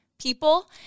people